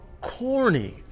corny